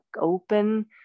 open